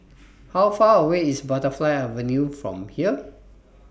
How Far away IS Butterfly Avenue from here